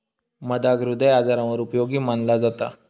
मधाक हृदय आजारांवर उपयोगी मनाला जाता